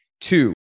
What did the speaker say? Two